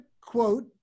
quote